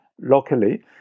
locally